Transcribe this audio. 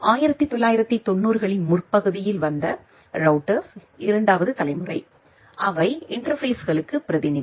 1990 களின் முற்பகுதியில் வந்த ரௌட்டர்ஸ் 2 வது தலைமுறை அவை இன்டர்பேஸ்களுக்கு பிரதிநிதி